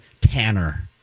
Tanner